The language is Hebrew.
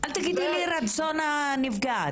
אל תגידי לי רצון הנפגעת.